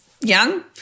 young